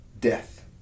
death